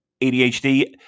ADHD